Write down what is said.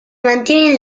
mantienen